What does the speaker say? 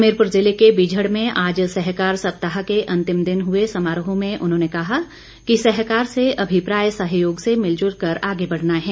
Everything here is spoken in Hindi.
हमीरपुर जिले के बिझड़ में आज सहकार सप्ताह के अंतिम दिन हए समारोह में उन्होंने कहा कि सहकार से अभिप्राय सहयोग से मिलजुल कर आगे बढ़ना है